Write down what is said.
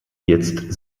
jetzt